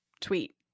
tweet